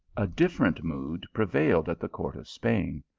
a dif ferent mood prevailed at the court of spain.